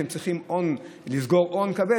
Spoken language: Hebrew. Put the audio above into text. שהם צריכים לסגור הון כבד,